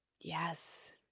Yes